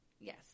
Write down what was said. Yes